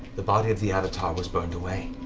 the body of the avatar was burned away,